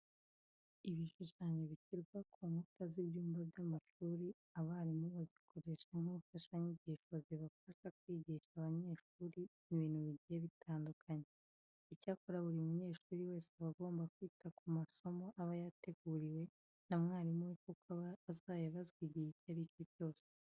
Ibishushanyo bishyirwa ku nkuta z'ibyumba by'amashuri, abarimu bazikoresha nk'imfashanyigisho zibafasha kwigisha abanyeshuri ibintu bigiye bitandukanye. Icyakora buri munyeshuri wese aba agomba kwita ku masomo aba yateguriwe na mwarimu we kuko aba azayabazwa igihe icyo ari cyo cyose.